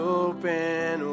open